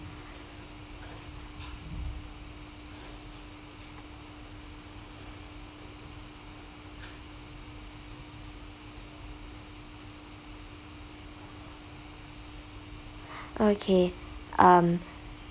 okay um